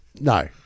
No